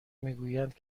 میگویند